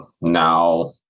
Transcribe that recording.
Now